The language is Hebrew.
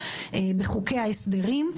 בחוקי ההסדרים,